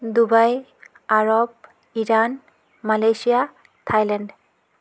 Dubai Arab Iran Malaysia Thailand